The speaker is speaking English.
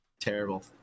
Terrible